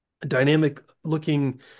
dynamic-looking